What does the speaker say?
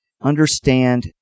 Understand